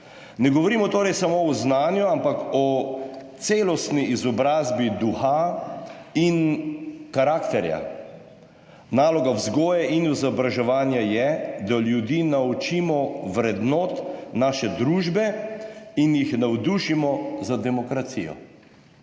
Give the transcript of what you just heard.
Ne govorimo torej samo o znanju, ampak o celostni izobrazbi duha in karakterja. Naloga vzgoje in izobraževanja je, da ljudi naučimo vrednot naše družbe in jih navdušimo za demokracijo.